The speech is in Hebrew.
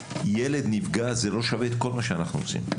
ילד נפגע זה לא שווה את כל מה שאנחנו עושים.